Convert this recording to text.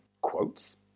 quotes